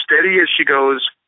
steady-as-she-goes